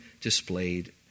displayed